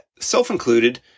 Self-included